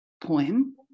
Poem